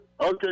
Okay